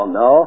no